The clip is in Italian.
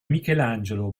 michelangelo